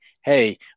hey